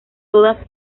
todas